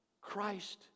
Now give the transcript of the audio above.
Christ